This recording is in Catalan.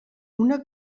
una